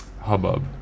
hubbub